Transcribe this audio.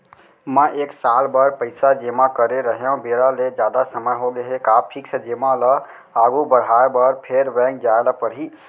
मैं एक साल बर पइसा जेमा करे रहेंव, बेरा ले जादा समय होगे हे का फिक्स जेमा ल आगू बढ़ाये बर फेर बैंक जाय ल परहि?